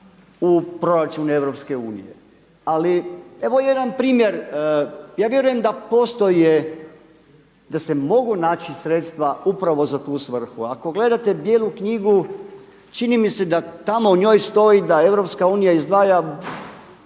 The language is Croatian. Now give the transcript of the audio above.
u proračun EU. Ali evo jedan primjer. Ja vjerujem da postoje, da se mogu naći sredstva upravo za tu srhu. Ako gledate Bijelu knjigu čini mi se da tamo u njoj stoji da EU izdvaja